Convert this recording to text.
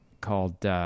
called